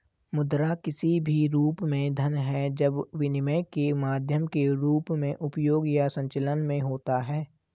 मुद्रा किसी भी रूप में धन है जब विनिमय के माध्यम के रूप में उपयोग या संचलन में होता है